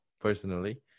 personally